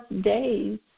days